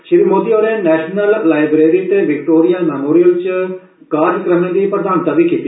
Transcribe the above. श्री मोदी होरें national library तथ Victoria memorial च कार्जक्रमें दी प्रधानता कीती